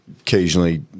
occasionally